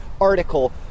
article